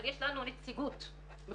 אבל יש לנו נציגות מכובדת,